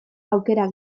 aukera